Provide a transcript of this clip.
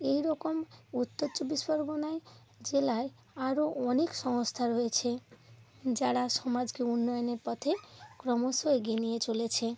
এই রকম উত্তর চব্বিশ পরগনায় জেলায় আরও অনেক সংস্থা রয়েছে যারা সমাজকে উন্নয়নের পথে ক্রমশ এগিয়ে নিয়ে চলেছে